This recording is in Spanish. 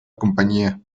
compañía